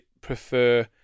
prefer